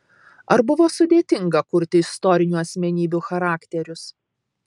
ar buvo sudėtinga kurti istorinių asmenybių charakterius